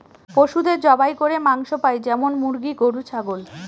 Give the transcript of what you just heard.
পশুদের জবাই করে মাংস পাই যেমন মুরগি, গরু, ছাগল